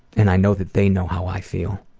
and i know that they know how i feel.